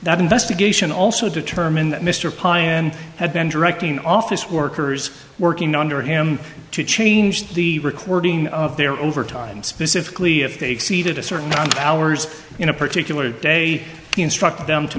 that investigation also determined that mr pi and had been directing office workers working under him to change the recording of their overtime specifically if they exceeded a certain amount of hours in a particular day instruct them to